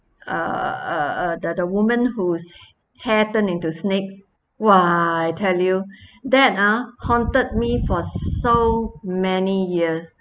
uh err the the woman whose head turn into snake !wah! I tell you that ah haunted me for so many years